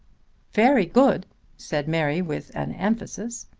very good said mary with an emphasis.